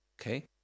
okay